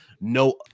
no